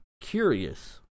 curious